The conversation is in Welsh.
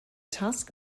tasg